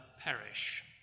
perish